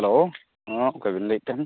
hello ᱦᱮᱸ ᱚᱠᱚᱭ ᱵᱤᱱ ᱞᱟᱹᱭᱮᱫ ᱛᱟᱦᱮᱱ